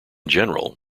general